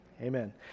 Amen